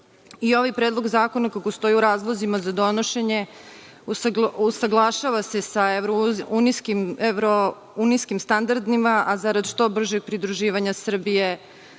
Ovaj predlog zakona, kako stoji u razlozima za donošenje, usaglašava se sa evrounijskim standardima, a zarad što bržeg pridruživanja Srbije